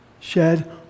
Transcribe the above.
shed